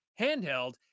handheld